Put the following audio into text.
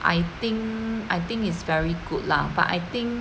I think I think is very good lah but I think